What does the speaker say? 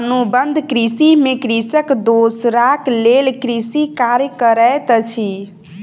अनुबंध कृषि में कृषक दोसराक लेल कृषि कार्य करैत अछि